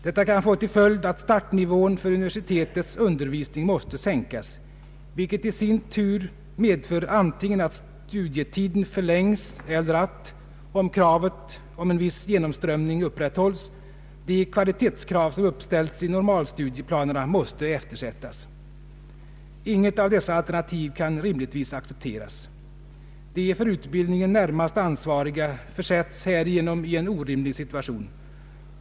Detta kan få till följd att startnivån för universitetets undervisning måste sänkas, vilket i sin tur medför antingen att studietiden förlängs eller att — om kravet på en viss genomströmning upprätthålls — de kvalitetskrav som uppställts i normalstudieplanerna måste eftersättas. Inget av dessa alternativ kan rimligtvis accepteras; de för utbildningen närmast ansvariga försätts härigenom i en orimlig situation.